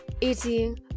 eating